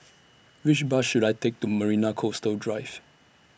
Which Bus should I Take to Marina Coastal Drive